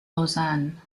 lausanne